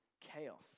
chaos